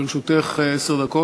לרשותך עשר דקות.